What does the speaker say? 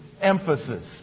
emphasis